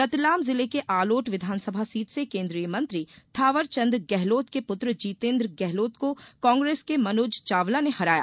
रतलाम जिले के आलोट विधानसभा सीट से केंद्रीय मंत्री थावरचंद गहलोत के पूत्र जीतेन्द्र गहलोत को कांग्रेस के मनोज चावला ने हराया